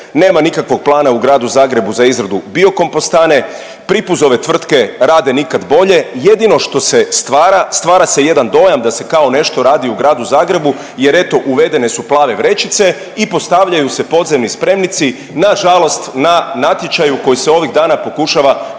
nema nikakvog plana u gradu Zagrebu za izradu biokompostane, Pripuzove tvrtke rade nikad bolje. Jedino što se stvara, stvara se jedan dojam da se kao nešto radi u gradu Zagrebu, jer eto uvedene su plave vrećice i postavljaju se podzemni spremnici na žalost na natječaju koji se ovih dana pokušava